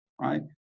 right